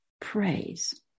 Praise